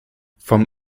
vom